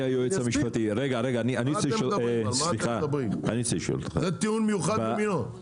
על מה אתם מדברים, זה טיעון מיוחד במינו.